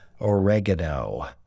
oregano